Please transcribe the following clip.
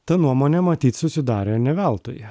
ta nuomonė matyt susidarė ne veltui